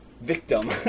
victim